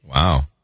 Wow